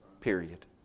period